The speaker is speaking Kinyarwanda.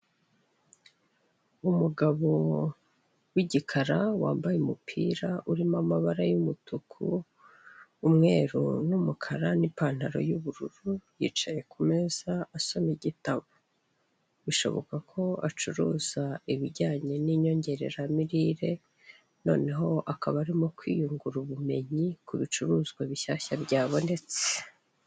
Umugabo w'igikara wambaye umupira urimo amabara y'umutuku, umweru n'umukara n'ipantaro y'ubururu yicaye ku meza asoma igitabo. Bishoboka ko acuruza ibijyanye n'inyongerera mirire, noneho akaba arimo kwiyungura ubumenyi ku bicuruzwa bishyashya byabonetse.